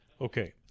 Okay